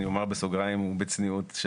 אני אומר בסוגריים ובצניעות,